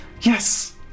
Yes